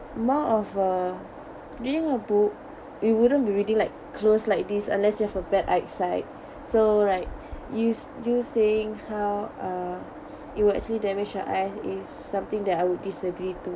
more of a reading a book we wouldn't be really like close like this unless you have a bad eyesight so like you s~ you saying how uh you will actually damage your eye is something that I would disagree to